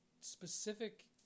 specific